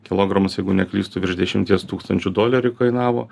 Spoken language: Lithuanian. kilogramas jeigu neklystu virš dešimties tūkstančių dolerių kainavo